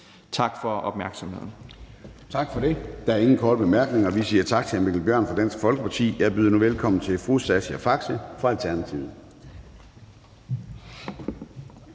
(Søren Gade): Tak for det. Der er ingen korte bemærkninger. Vi siger tak til hr. Mikkel Bjørn fra Dansk Folkeparti. Jeg byder nu velkommen til fru Sascha Faxe fra Alternativet.